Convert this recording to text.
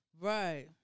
Right